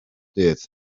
dydd